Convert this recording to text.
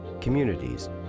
communities